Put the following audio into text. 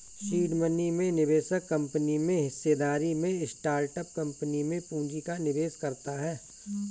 seed money में निवेशक company में हिस्सेदारी में स्टार्टअप कंपनी में पूंजी का निवेश करता है